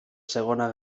segona